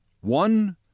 One